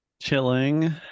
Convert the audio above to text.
Chilling